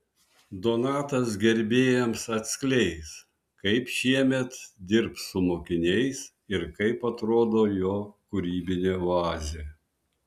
donatas gerbėjams atskleis kaip šiemet dirbs su mokiniais ir kaip atrodo jo kūrybinė oazė